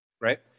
right